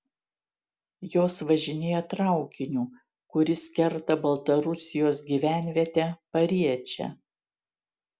jos važinėja traukiniu kuris kerta baltarusijos gyvenvietę pariečę